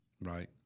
Right